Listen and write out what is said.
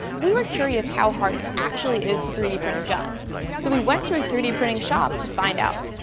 we were curious how hard it actually is to three d print a gun so we went to a three d printing shop to find out.